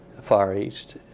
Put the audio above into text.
far east.